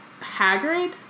Hagrid